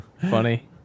Funny